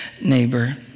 neighbor